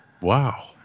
Wow